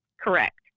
Correct